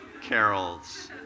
carols